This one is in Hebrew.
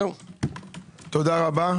תודה רבה.